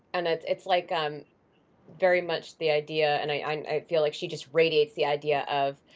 and it's it's like um very much the idea and i feel like she just radiates the idea of,